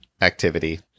activity